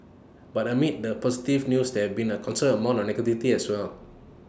but amid the positive news there's been A considerable amount of negativity as well